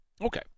Okay